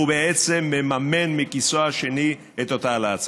הוא בעצם מממן מכיסו השני את אותה העלאת שכר.